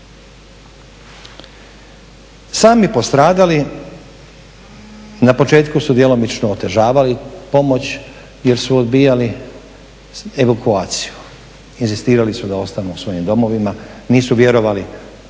sami postradali na početku su djelomično otežavali pomoć jer su odbijali evakuaciju, inzistirali su da ostanu u svojim domovima, nisu vjerovali